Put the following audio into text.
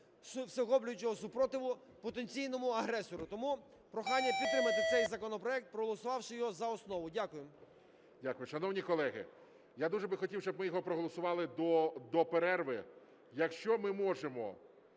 всеохоплюючого спротиву потенційному агресору. Тому прохання підтримати цей законопроект, проголосувавши його за основу. Дякую. ГОЛОВУЮЧИЙ. Дякую. Шановні колеги, я дуже би хотів, щоб ми його проголосували до перерви, якщо ми можемо